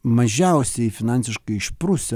mažiausiai finansiškai išprusę